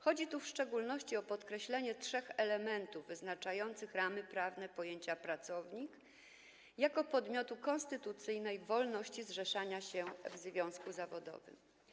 Chodzi tu w szczególności o podkreślenie trzech elementów wyznaczających ramy prawne pojęcia pracownika jako podmiotu konstytucyjnej wolności zrzeszania się w związku zawodowym.